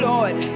Lord